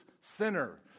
sinner